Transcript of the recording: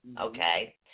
okay